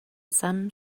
some